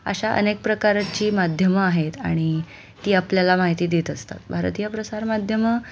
अशा अनेक प्रकारची माध्यमं आहेत आणि ती आपल्याला माहिती देत असतात भारतीय प्रसारमाध्यमं